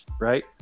Right